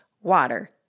water